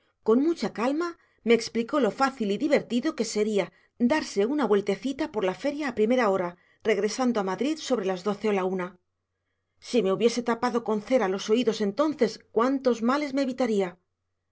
con mucha calma me explicó lo fácil y divertido que sería darse una vueltecita por la feria a primera hora regresando a madrid sobre las doce o la una si me hubiese tapado con cera los oídos entonces cuántos males me evitaría